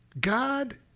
God